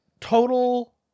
total